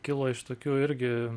kilo iš tokių irgi